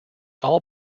all